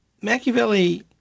Machiavelli